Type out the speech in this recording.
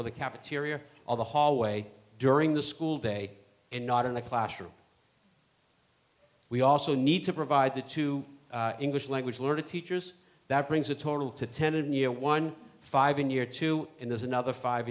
or the cafeteria of the hallway during the school day and not in the classroom we also need to provide that to english language learning teachers that brings the total to ten in year one five in year two and there's another five